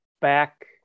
back